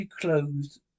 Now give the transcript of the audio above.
closed